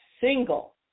single